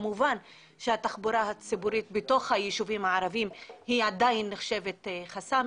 כמובן שהתחבורה הציבורית בתוך הישובים הערביים היא עדיין נחשבת חסם.